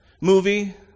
movie